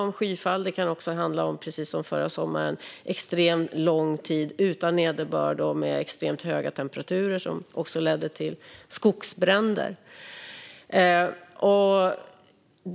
Det kan handla om skyfall, och precis som förra sommaren kan det handla om extremt lång tid utan nederbörd och med extremt höga temperaturer, vilket ledde till skogsbränder.